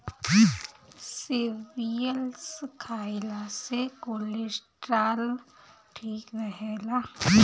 cereals खइला से cholesterol ठीक रहेला